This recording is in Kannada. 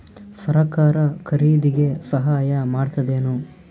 ಸರಕಾರ ಖರೀದಿಗೆ ಸಹಾಯ ಮಾಡ್ತದೇನು?